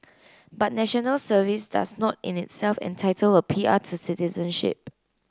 but National Service does not in itself entitle a P R to citizenship